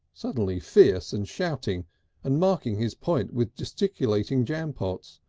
suddenly fierce and shouting and marking his point with gesticulated jampots,